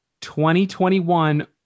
2021